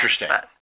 interesting